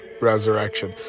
resurrection